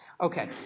Okay